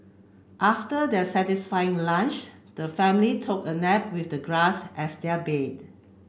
after their satisfying lunch the family took a nap with the grass as their bed